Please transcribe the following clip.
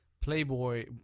Playboy